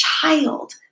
child